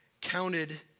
counted